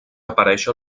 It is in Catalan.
aparèixer